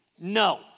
No